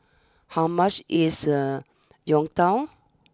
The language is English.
how much is Youtiao